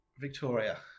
Victoria